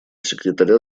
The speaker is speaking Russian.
секретаря